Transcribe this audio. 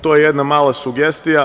To je jedna mala sugestija.